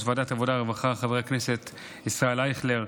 ועדת העבודה והרווחה חבר הכנסת ישראל אייכלר,